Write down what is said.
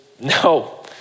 no